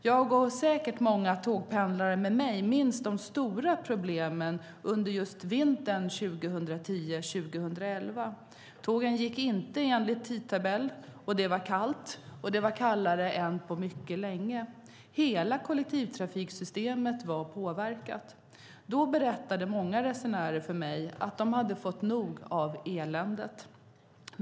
Jag, och säkert många tågpendlare med mig, minns de stora problemen under just vintern 2010-2011. Tågen gick inte enligt tidtabell, och det var kallt - kallare än på mycket länge. Hela kollektivtrafiksystemet var påverkat. Då berättade många resenärer för mig att de hade fått nog av eländet.